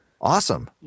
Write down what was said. Awesome